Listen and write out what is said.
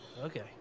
Okay